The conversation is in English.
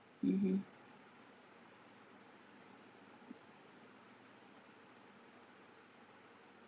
mmhmm